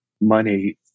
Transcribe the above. money